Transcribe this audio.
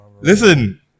listen